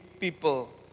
people